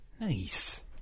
Nice